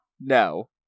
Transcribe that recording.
No